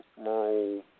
Merle